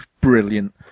Brilliant